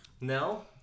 No